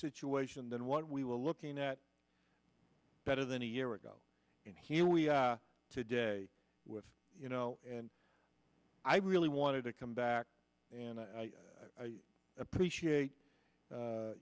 situation than what we were looking at better than a year ago and here we are today with you know and i really wanted to come back and i appreciate